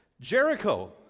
Jericho